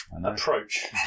Approach